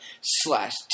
Slash